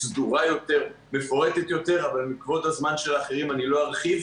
סיפור הקרן לערבות המדינה זה עוד אחד מהאגדות שלא ניתן להגיע אליהן,